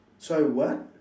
sorry what